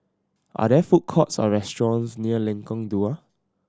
are there food courts or restaurants near Lengkong Dua